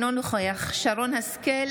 אינו נוכח שרן מרים השכל,